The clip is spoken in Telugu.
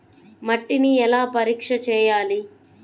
మట్టిని ఎలా పరీక్ష చేయాలి?